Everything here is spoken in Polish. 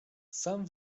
sam